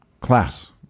class